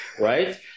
Right